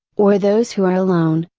or those who are alone,